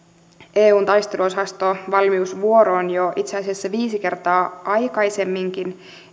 eun taisteluosastovalmiusvuoroon jo itse asiassa viisi kertaa aikaisemminkin